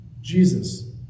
Jesus